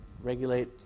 regulate